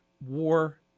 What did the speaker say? war